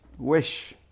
wish